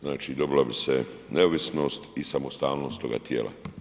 Znači dobila bi se neovisnost i samostalnost toga tijela.